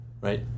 right